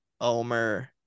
Omer